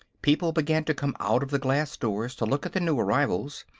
people began to come out of the glass doors to look at the new arrivals,